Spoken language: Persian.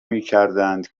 میکردند